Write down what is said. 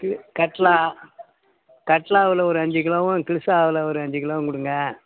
கி கட்லா கட்லாவில் ஒரு அஞ்சு கிலோவும் கில்ஸாவில் ஒரு அஞ்சு கிலோவும் கொடுங்க